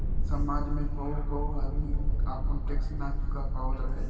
समाज में कबो कबो आदमी आपन टैक्स ना चूका पावत रहे